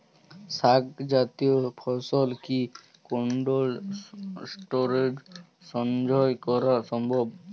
শাক জাতীয় ফসল কি কোল্ড স্টোরেজে সঞ্চয় করা সম্ভব?